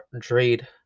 trade